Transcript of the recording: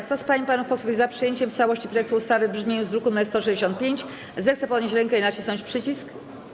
Kto z pań i panów posłów jest za przyjęciem w całości projektu ustawy w brzmieniu z druku nr 165, zechce podnieść rękę i nacisnąć przycisk.